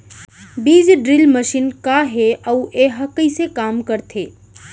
बीज drill machine का हे अऊ एहा कइसे काम करथे?